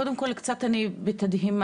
קודם כול, אני בתדהמה